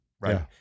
right